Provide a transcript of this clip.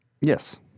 Yes